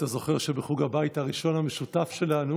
אתה זוכר שבחוג הבית הראשון המשותף שלנו